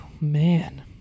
Man